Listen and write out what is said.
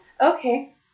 Okay